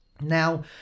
Now